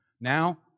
Now